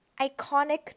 Iconic